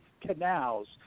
canals